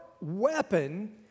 weapon